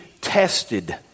tested